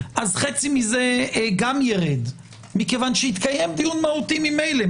חצי מזה גם יירד כי יתקיים דיון מהותי ממילא.